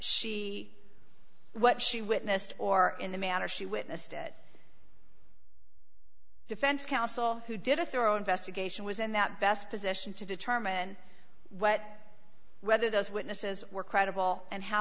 she what she witnessed or in the manner she witnessed it defense counsel who did a thorough investigation was in that best position to determine what whether those witnesses were credible and how